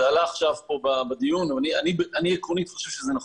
זה עלה פה עכשיו בדיון ואני עקרונית חושב שזה נכון.